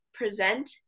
present